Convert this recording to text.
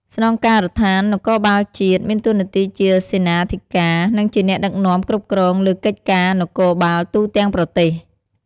ស្នងការដ្ឋាននគរបាលជាតិ មានតួនាទីជាសេនាធិការ និងជាអ្នកដឹកនាំគ្រប់គ្រងលើកិច្ចការនគរបាលទូទាំងប្រទេស។